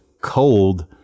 cold